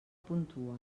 puntuen